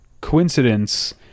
coincidence